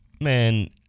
Man